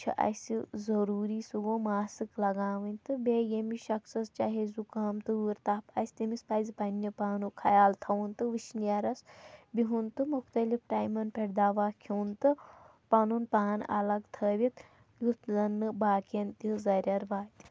چھِ اَسہِ ضُروٗری سُہ گوٚو ماسٕک لگاوٕنۍ تہٕ بیٚیہِ ییٚمِس شخصس چاہے زکام تۭر تف آسہِ تٔمِس پنٛنہِ پانُک خیال تھاوُن تہٕ وٕشنیرس بِہُن تہٕ مختلف ٹایمن پٮ۪ٹھ دوا کھیوٚن تہٕ پنُن پان الگ تھٲوِتھ یُتھ زن نہٕ باقین تہِ زریر واتہِ